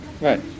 Right